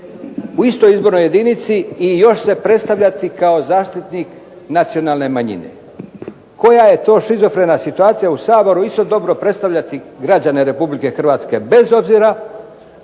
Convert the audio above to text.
u istoj izbornoj jedinici i još se predstavljati kao zaštitnik nacionalne manjine. Koja je to shizofrena situacija u Saboru istodobno predstavljati građane RH bez obzira